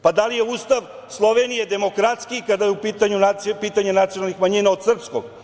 Pa, da li je Ustav Slovenije demokratskiji kada je pitanje nacionalnih manjina od srpskog?